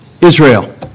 Israel